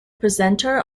presenter